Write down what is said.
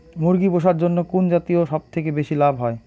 মুরগি পুষার জন্য কুন জাতীয় সবথেকে বেশি লাভ হয়?